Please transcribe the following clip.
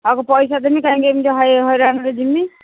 ହକ୍ ପଇସା ଦେବି କାହିଁକି ଏମିତି ହଇରାଣରେ ଯିବି